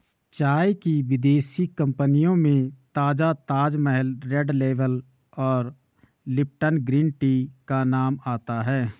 चाय की विदेशी कंपनियों में ताजा ताजमहल रेड लेबल और लिपटन ग्रीन टी का नाम आता है